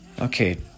Okay